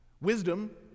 Wisdom